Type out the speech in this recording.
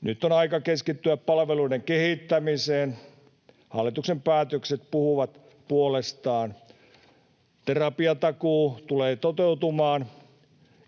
Nyt on aika keskittyä palveluiden kehittämiseen. Hallituksen päätökset puhuvat puolestaan: terapiatakuu tulee toteutumaan,